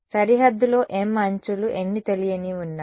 సరిహద్దులో m అంచులు ఎన్ని తెలియనివి ఉన్నాయి